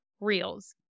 reels